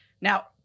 now